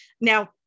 Now